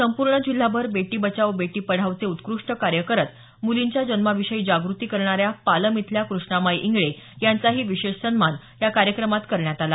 संपूर्ण जिल्हाभर बेटी बचाओ बेटी पढाओचे उत्कृष्ट कार्य करत मुलींच्या जन्माविषयी जागृती करणाऱ्या पालम इथल्या कृष्णाबाई इंगळे यांचाही विशेष सन्मान या कार्यक्रमात करण्यात आला